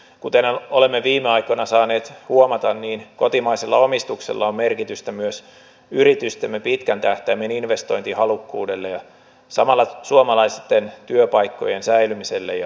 kuten olemme viime aikoina saaneet huomata niin kotimaisella omistuksella on merkitystä myös yritystemme pitkän tähtäimen investointihalukkuudelle ja samalla suomalaisten työpaikkojen säilymiselle ja syntymiselle